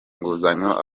inguzanyo